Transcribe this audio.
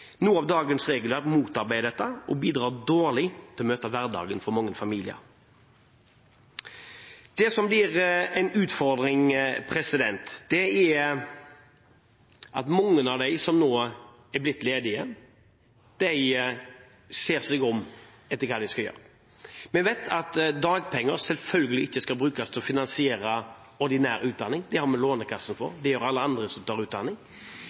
Noe av dagens regelverk motarbeider dette og bidrar dårlig til å møte hverdagen for mange familier. Det som blir en utfordring, er at mange av dem som nå er blitt ledige, ser seg om etter hva de skal gjøre. Vi vet at dagpenger selvfølgelig ikke skal brukes til å finansiere ordinær utdanning. Det har vi Lånekassen til. Den bruker alle andre som tar utdanning.